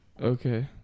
Okay